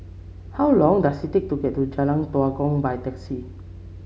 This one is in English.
how long does it take to get to Jalan Tua Kong by taxi